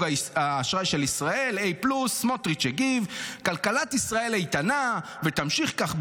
האשראי של ישראל A+. סמוטריץ' הגיב: כלכלת ישראל איתנה ותמשיך כך,